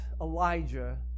Elijah